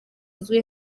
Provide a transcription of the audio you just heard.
uzwi